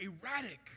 erratic